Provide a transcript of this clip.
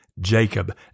Jacob